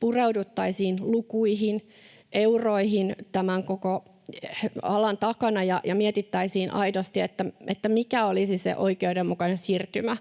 pureuduttaisiin lukuihin, euroihin tämän koko alan takana ja mietittäisiin aidosti, mikä olisi se oikeudenmukainen siirtymä,